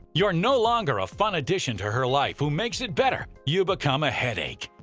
you're no longer a fun addition to her life who makes it better. you become a headache.